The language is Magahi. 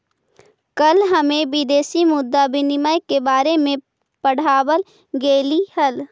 कल हमें विदेशी मुद्रा विनिमय के बारे में पढ़ावाल गेलई हल